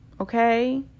okay